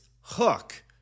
Hook